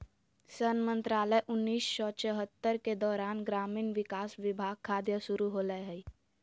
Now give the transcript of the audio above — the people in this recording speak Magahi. सन मंत्रालय उन्नीस सौ चैह्त्तर के दौरान ग्रामीण विकास विभाग खाद्य शुरू होलैय हइ